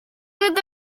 with